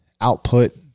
output